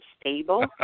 stable